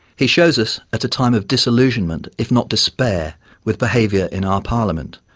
he shows us, at a time of disillusionment if not despair with behaviour in our parliament,